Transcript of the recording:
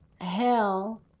Hell